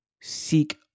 seek